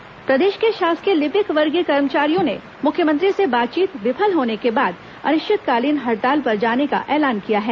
लिपिक कर्मचारी हड़ताल प्रदेश के शासकीय लिपिक वर्गीय कर्मचारियों ने मुख्यमंत्री से बातचीत विफल होने के बाद अनिश्चितकालीन हड़ताल पर जाने का एलान किया है